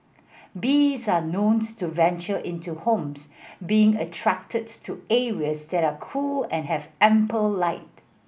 bees are known to venture into homes being attracted to areas that are cool and have ample light